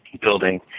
building